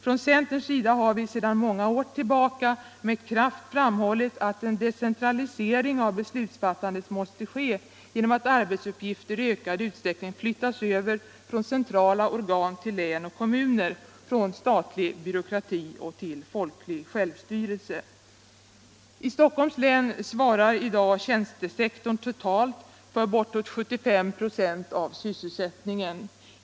Från centerns sida har vi sedan många år tillbaka med kraft framhållit att en decentralisering av beslutsfattandet måste ske genom att arbetsuppgifter i ökad utsträckning flyttas över från centrala organ till län och kommuner, från statlig byråkrati till folklig självstyrelse. I Stockholms län svarar i dag tjänstesektorn totalt för bortåt 75 96 av sysselsättningen.